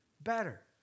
better